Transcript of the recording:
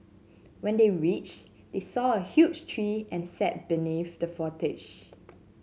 when they reached they saw a huge tree and sat beneath the foliage